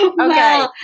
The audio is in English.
okay